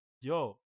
yo